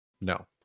No